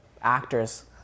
actors